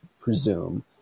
presume